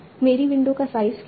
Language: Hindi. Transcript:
मेरी विंडो का साइज़ क्या है